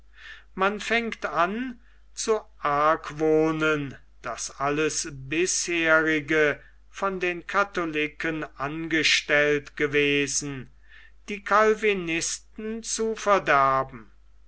man fängt an zu argwohnen daß alles bisherige von den katholiken angestellt gewesen die calvinisten zu verderben